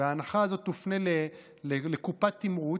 וההנחה הזאת תופנה לקופת תמרוץ,